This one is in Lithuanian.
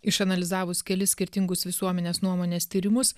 išanalizavus kelis skirtingus visuomenės nuomonės tyrimus